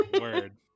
Word